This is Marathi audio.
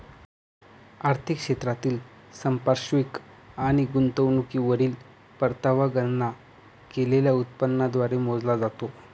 आर्थिक क्षेत्रातील संपार्श्विक आणि गुंतवणुकीवरील परतावा गणना केलेल्या उत्पन्नाद्वारे मोजला जातो